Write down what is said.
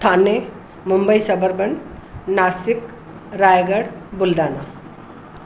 Thane Mumbai suburban Nashik Raigad Buldhana